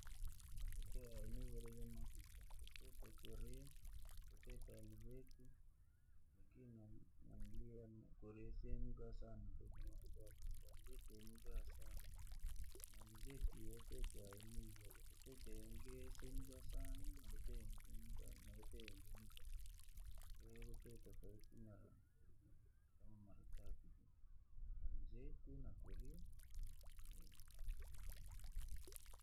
Kwatite aina iviri jamakuta kwatite korie, kwatite alizeti. Lakini korie siyanyikaa sana tuku lakini alizeti yanyukaa sana, na alizeti kwatite yangi yanyukaa sana kwahiyo kwatite tofauti maratatu jii, alizeti na korie.